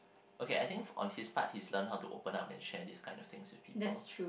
okay I think on his part he's learnt how to open up and share this kind of things with people